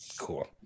cool